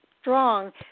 strong